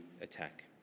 attack